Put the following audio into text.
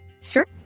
Sure